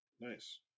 Nice